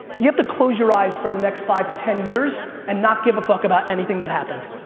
you have to close your eyes for the next five to ten years, and not give a fuck about anything that happened.